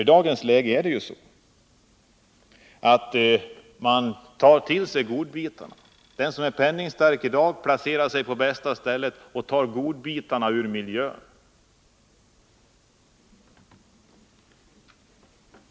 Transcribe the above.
I dag är det så att den som är penningstark placerar sig på det bästa stället och tar godbitarna i miljön.